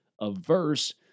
averse